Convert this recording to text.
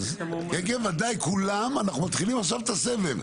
אנחנו מתחילים עכשיו את הסבב,